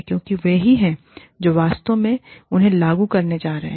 क्योंकि वे ही हैं जो वास्तव में उन्हें लागू करने जा रहे हैं